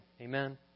Amen